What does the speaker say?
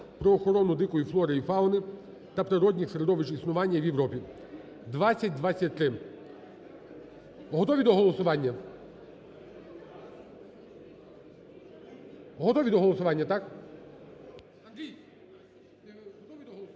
про охорону дикої флори і фауни та природніх середовищ існування в Європі) (2023). Готові до голосування? Готові до голосування, так. Це вагома